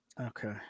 Okay